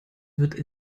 wird